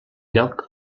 lloc